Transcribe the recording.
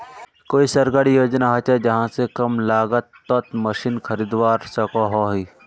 कोई सरकारी योजना होचे जहा से कम लागत तोत मशीन खरीदवार सकोहो ही?